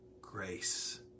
grace